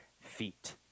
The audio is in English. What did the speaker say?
feet